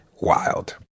wild